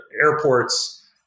airports